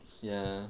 ya